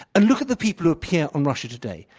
and look at the people who appear on russia today.